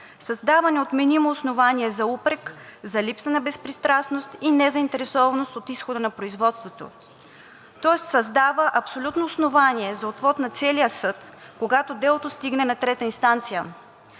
създава неотменимо основание за упрек, за липса на безпристрастност и незаинтересованост от изхода на производството. Тоест, създава абсолютно основание за отвод на целия съд, когато делото стигне на трета инстанция.